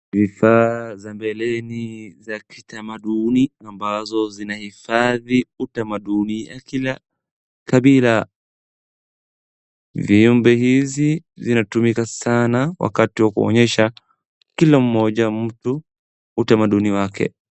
Bidhaa za mbeleni za kitamaduni, ambazo zinahifadhi utamaduni ya kila kabila. Viumbe hizi vinatumika sana wakati wa kuonyesha kila mmoja mtu, utamaduni wake.